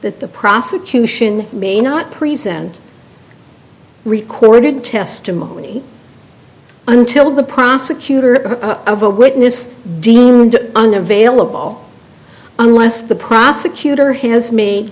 that the prosecution may not present required testimony until the prosecutor of a witness deemed unavailable unless the prosecutor has made